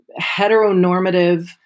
heteronormative